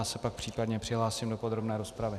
Já se pak případně přihlásím do podrobné rozpravy.